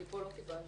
כי פה לא קיבלתי.